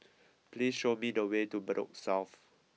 please show me the way to Bedok South